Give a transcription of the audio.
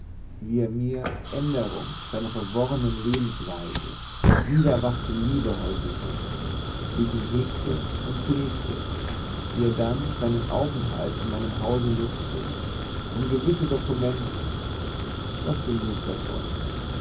wie er mir änderung seiner verworrenen lebensweise wiedererwachte liebe heuchelte wie ich ihn hegte und pflegte wie er dann seinen aufenthalt in meinem hause nutzte um gewisse dokumente doch genug davon